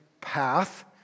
path